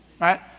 right